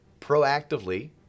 proactively